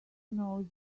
knows